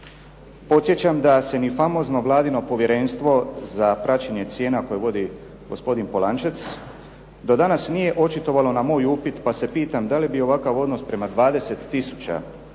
Podsjećam da se ni famozno vladino Povjerenstvo za praćenje cijena koje vodi gospodin Polančec do danas nije očitovalo na moj upit pa se pitam da li bi ovakav odnos prema 20 tisuća